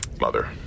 Mother